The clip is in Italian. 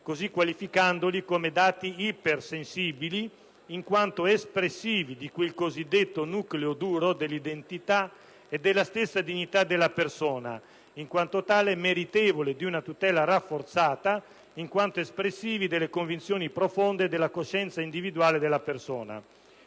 così qualificando tali dati come ipersensibili, in quanto espressivi di quel cosiddetto nucleo duro della identità e della stessa dignità della persona, e per questo meritevoli di una tutela rafforzata in quanto espressivi delle convinzioni profonde della coscienza individuale della persona.